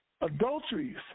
adulteries